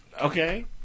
Okay